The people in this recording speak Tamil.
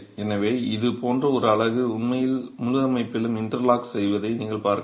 எனவே இது போன்ற ஒரு அலகு உண்மையில் முழு அமைப்பிலும் இன்டர்லாக் செய்வதை நீங்கள் பார்க்கலாம்